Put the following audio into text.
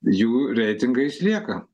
jų reitingai išlieka